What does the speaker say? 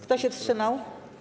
Kto się wstrzymał?